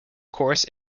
course